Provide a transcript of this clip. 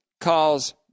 calls